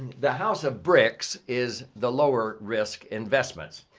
the house of bricks is the lower-risk investments.